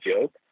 joke